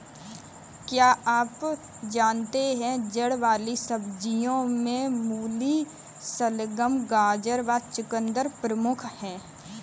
क्या आप जानते है जड़ वाली सब्जियों में मूली, शलगम, गाजर व चकुंदर प्रमुख है?